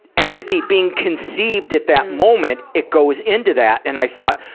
entity being conceived at that moment, it goes into that. and i thought,